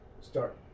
start